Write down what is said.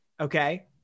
okay